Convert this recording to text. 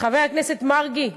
חבר הכנסת מרגי,